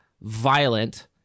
violent